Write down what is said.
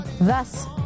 thus